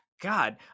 God